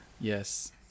yes